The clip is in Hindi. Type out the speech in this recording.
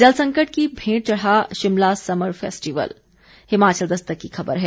जल संकट की भेंट चढ़ा शिमला समर फैस्टिवल हिमाचल दस्तक की खबर है